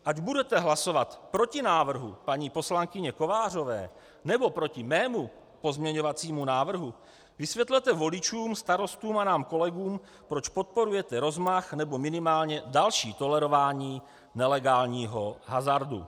Ať budete hlasovat proti návrhu paní poslankyně Kovářové, nebo proti mému pozměňovacímu návrhu, vysvětlete voličům, starostům a nám kolegům, proč podporujete rozmach nebo minimálně další tolerování nelegálního hazardu.